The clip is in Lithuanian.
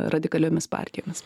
radikaliomis partijomis